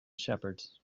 shepherds